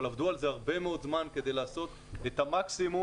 עבדו על זה הרבה מאוד זמן כדי לעשות את המקסימום.